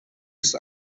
ist